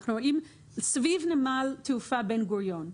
אנחנו רואים סביב נמל תעופה בן גוריון,